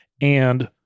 And-